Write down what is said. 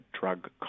drug